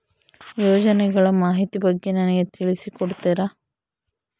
ಯೋಜನೆಗಳ ಮಾಹಿತಿ ಬಗ್ಗೆ ನನಗೆ ತಿಳಿಸಿ ಕೊಡ್ತೇರಾ?